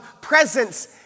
presence